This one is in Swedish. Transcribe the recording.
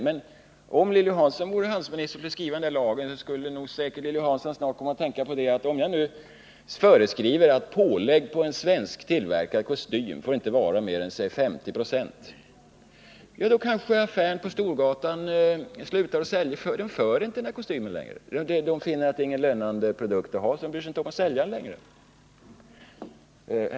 Men om Lilly Hansson vore handelsminister och skulle skriva en sådan lag, så skulle säkert också hon komma att tänka: Om jag nu föreskriver att pålägget på en svensktillverkad kostym inte får sättas högre än 50 26, då kanske affären på Storgatan slutar att föra den kostymen. Man kanske finner att den inte är någon lönande produkt, så man bryr sig inte om att föra den längre.